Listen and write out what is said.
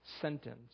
sentence